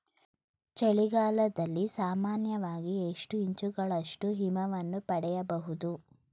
ಚಳಿಗಾಲದಲ್ಲಿ ಸಾಮಾನ್ಯವಾಗಿ ಎಷ್ಟು ಇಂಚುಗಳಷ್ಟು ಹಿಮವನ್ನು ಪಡೆಯಬಹುದು?